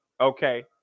okay